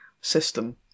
system